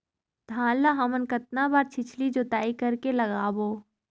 धान ला हमन कतना बार छिछली जोताई कर के लगाबो?